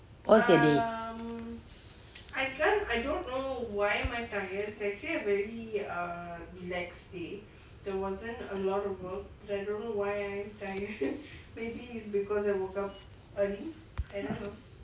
how's your day